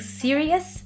serious